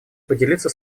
поделиться